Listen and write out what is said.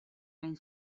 hain